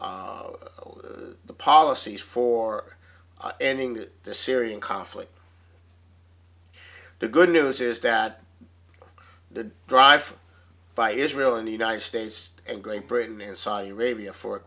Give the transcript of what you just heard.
develop the policies for ending the syrian conflict the good news is that the drive by israel and the united states and great britain and saudi arabia for